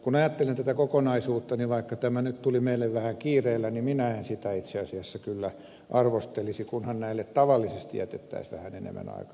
kun ajattelen tätä kokonaisuutta niin vaikka tämä nyt tuli meille vähän kiireellä niin minä en sitä itse asiassa kyllä arvostelisi kunhan näille tavallisesti jätettäisiin vähän enemmän aikaa